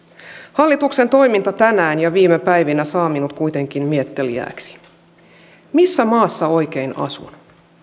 hallituksen toiminta tänään ja viime päivinä saa minut kuitenkin mietteliääksi missä maassa oikein asun